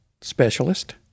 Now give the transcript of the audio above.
specialist